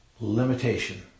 limitation